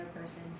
person